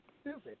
stupid